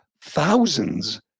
thousands